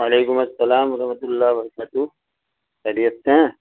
وعلیکم السلام و رحمت اللہ وبرکاتہ خیریت سے ہیں